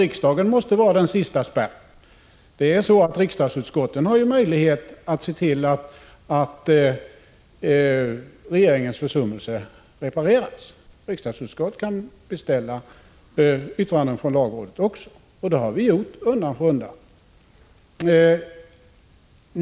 Riksdagen måste vara den sista spärren. Riksdagsutskotten har ju möjlighet att se till att regeringens försummelser repareras. Ett riksdagsutskott kan också beställa yttrande från lagrådet, och det har utskotten gjort undan för undan.